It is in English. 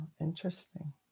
Interesting